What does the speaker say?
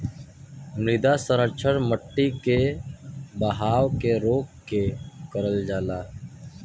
मृदा संरक्षण मट्टी के बहाव के रोक के करल जाला